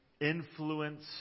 influence